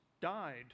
died